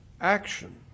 action